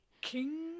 King